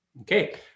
Okay